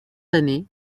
années